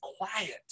quiet